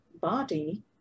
body